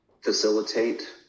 facilitate